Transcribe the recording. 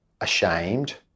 ashamed